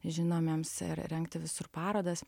žinomiems ir rengti visur parodas